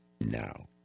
now